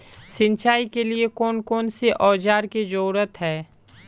सिंचाई के लिए कौन कौन से औजार की जरूरत है?